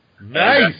Nice